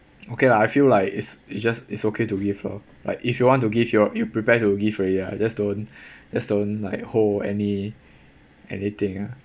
okay lah I feel like is it's just it's okay to give lor like if you want to give your you prepare to give already lah just don't just don't like hold any anything ah